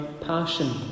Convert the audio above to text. passion